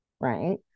right